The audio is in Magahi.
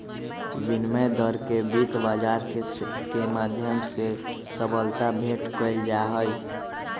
विनिमय दर के वित्त बाजार के माध्यम से सबलता भेंट कइल जाहई